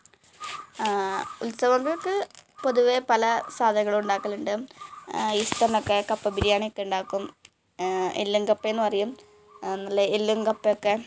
ഉത്സവങ്ങൾക്ക് പൊതുവേ പല സാധനങ്ങൾ ഉണ്ടാക്കലുണ്ട് ഈസ്റ്ററിനൊക്കെ കപ്പ ബിരിയാണിയൊക്കെ ഉണ്ടാക്കും എല്ലും കപ്പ എന്ന് പറയും നല്ല എല്ലും കപ്പയൊക്കെ